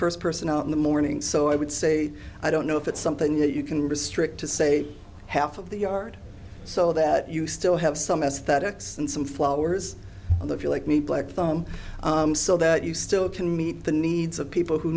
first person in the morning so i would say i don't know if it's something that you can restrict to say half of the yard so that you still have some aesthetics and some flowers and if you like me black foam so that you still can meet the needs of people who